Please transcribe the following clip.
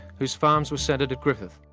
whose farms were centred at griffith.